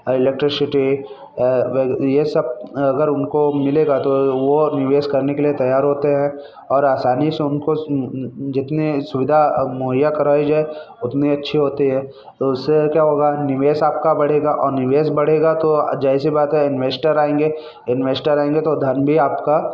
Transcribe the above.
electricity यह सब अगर उनको मिलेगा तो वह निवेश करने के लिए तैयार होते हैं और आसानी से उनको जितने सुविधा मुहैया करवाई जाए उतनी अच्छी होती है तो उससे क्या होगा निवेश आपका बढ़ेगा और निवेश बढ़ेगा तो ज़ाहिर सी बात है इंवेस्टर आएंगे इंवेस्टर आएंगे तो धन भी आपका